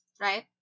right